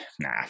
nah